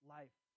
life